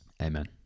Amen